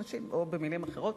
או במלים אחרות,